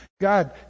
God